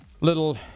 little